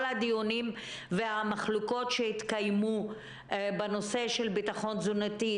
הדיונים והמחלוקות שהתקיימו בנושא ביטחון תזונתי,